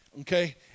Okay